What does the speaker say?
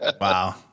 Wow